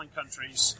countries